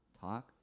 talk